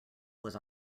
was